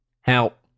help